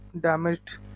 damaged